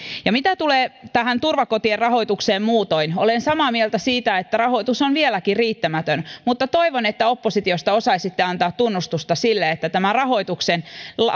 mitä tulee tähän turvakotien rahoitukseen muutoin olen samaa mieltä siitä että rahoitus on vieläkin riittämätön mutta toivon että oppositiosta osaisitte antaa tunnustusta sille että tämä rahoituksen